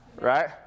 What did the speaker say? right